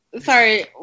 Sorry